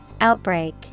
Outbreak